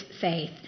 faith